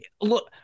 look